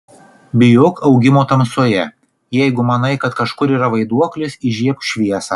bijok augimo tamsoje jeigu manai kad kažkur yra vaiduoklis įžiebk šviesą